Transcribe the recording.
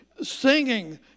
singing